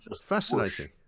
Fascinating